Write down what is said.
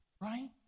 Right